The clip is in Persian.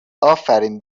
آفرین